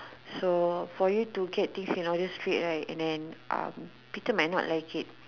so for you to get things in order straight right and then um Peter may not like it